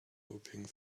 hoping